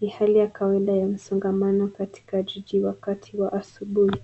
ni hali ya kawaida ya msongamano katika jiji wakati wa asubuhi.